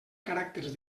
caràcters